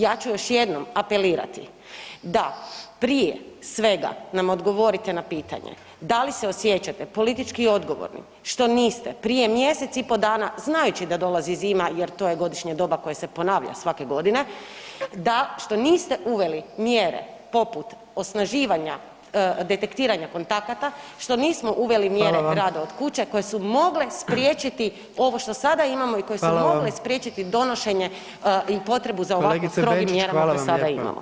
Ja ću još jednom apelirati da prije svega nam odgovorite na pitanje, da li se osjećate politički odgovornim što niste prije mjeseci i po dana, znajući da dolazi zima jer to je godišnje doba koje se ponavlja svake godine, da što niste uveli mjere poput osnaživanja detektiranja kontakata, što nismo uveli mjere rada od kuće koje su mogle spriječiti ovo što sada imamo i koje su mogle spriječiti donošenje i potrebu za ovako strogim mjerama koje sada imamo.